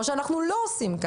מה שאנחנו לא עושים.